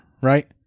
right